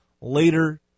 later